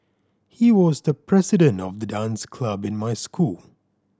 he was the president of the dance club in my school